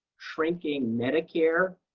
shrinking medicare